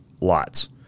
lots